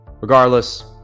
Regardless